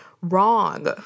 wrong